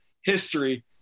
history –